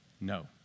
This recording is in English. No